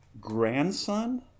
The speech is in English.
grandson